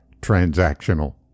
transactional